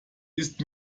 ist